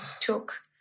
took